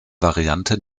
variante